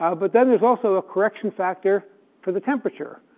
ah but then there's also a correction factor for the temperature,